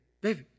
baby